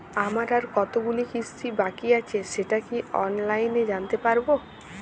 আমার আর কতগুলি কিস্তি বাকী আছে সেটা কি অনলাইনে জানতে পারব?